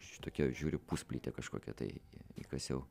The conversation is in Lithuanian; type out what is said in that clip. šitokia žiūriu pusplytė kažkokia tai įkasiau